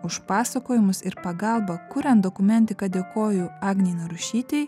už pasakojimus ir pagalbą kuriant dokumentiką dėkoju agnei narušytei